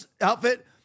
outfit